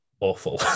awful